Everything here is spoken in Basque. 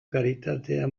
karitatea